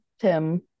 tim